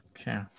Okay